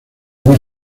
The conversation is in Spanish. luis